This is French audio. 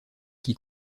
qui